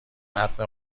متن